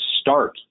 start